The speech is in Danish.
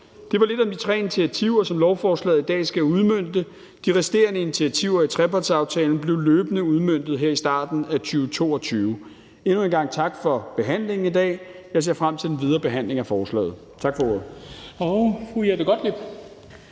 Det var lidt om de tre initiativer, som lovforslaget i dag skal udmønte. De resterende initiativer i trepartsaftalen bliver løbende udmøntet her i starten af 2022. Endnu en gang tak for behandlingen i dag. Jeg ser frem til den videre behandling af forslaget. Tak for ordet.